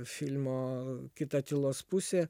filmo kita tylos pusė